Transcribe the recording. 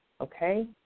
okay